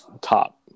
top